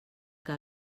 que